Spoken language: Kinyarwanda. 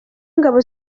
ingabo